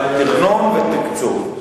תכנון ותקצוב.